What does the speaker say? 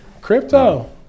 crypto